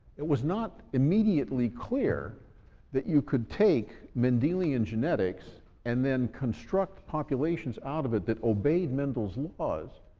it was not immediately clear that you could take mendelian genetics and then construct populations out of it, that obeyed mendel's laws,